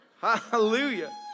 Hallelujah